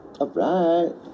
Alright